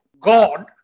God